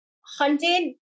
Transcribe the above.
hunted